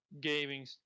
gaming